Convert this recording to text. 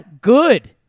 good